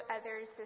others